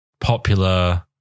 popular